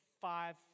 five